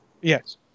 Yes